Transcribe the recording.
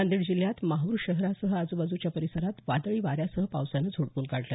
नांदेड जिल्ह्यात माहूर शहरासह आजुबाजुच्या परिसरात वादळी वाऱ्यासह पावसानं झोडपून काढलं